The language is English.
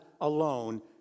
alone